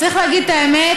צריך להגיד את האמת: